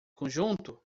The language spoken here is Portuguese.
conjunto